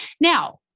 Now